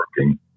working